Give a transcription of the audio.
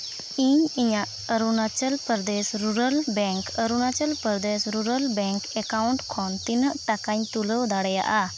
ᱤᱧ ᱤᱧᱟᱹᱜ Arunachal Pradesh rural bank Arunachal Pradesh rural bank account ᱠᱷᱚᱱ ᱛᱤᱱᱟᱹᱜ ᱴᱟᱠᱟᱧ ᱛᱩᱞᱟᱹᱣ ᱫᱟᱲᱮᱭᱟᱜᱼᱟ